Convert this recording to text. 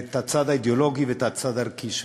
את הצד האידיאולוגי ואת הצד הערכי שלו.